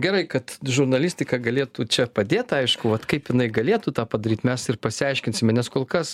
gerai kad žurnalistika galėtų čia padėt aišku vat kaip jinai galėtų tą padaryt mes ir pasiaiškinsime nes kol kas